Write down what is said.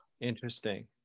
interesting